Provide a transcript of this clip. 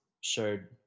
showed